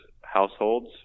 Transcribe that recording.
households